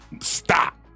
stop